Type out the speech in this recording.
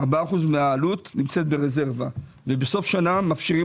4% מהעלות נמצאים ברזרבה ובסוף השנה מפשירים